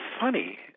funny